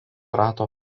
rato